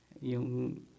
yung